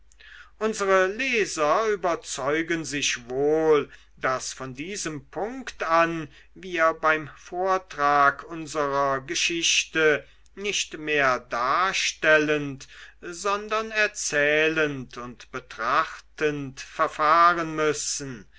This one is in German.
unsere leser überzeugen sich wohl daß von diesem punkte an wir beim vortrag unserer geschichte nicht mehr darstellend sondern erzählend und betrachtend verfahren müssen